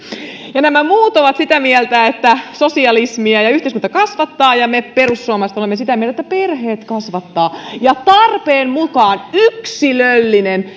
nämä muut ovat sitä mieltä että sosialismia ja että yhteiskunta kasvattaa ja me perussuomalaiset olemme sitä mieltä että perheet kasvattavat ja tarpeen mukaan yksilöllinen